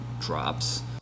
drops